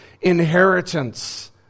inheritance